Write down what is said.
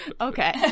Okay